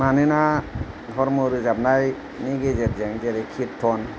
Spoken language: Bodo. मानोना धर्म रोजाबनायनि गेजेरजों जेरै किरटन